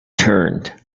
turned